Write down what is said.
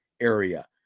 area